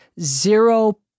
zero